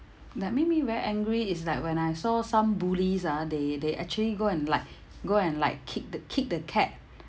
that made me very angry is like when I saw some bullies ah they they actually go and like go and like kick the kick the cat